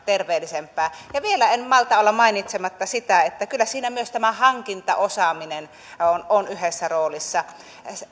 terveellisempää ravintoa vielä en malta olla mainitsematta sitä että kyllä siinä myös hankintaosaaminen on on yhdessä roolissa